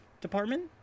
department